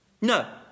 No